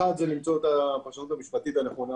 האפשרות האחת, למצוא את הפרשנות המשפטית הנכונה.